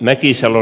mäkisalo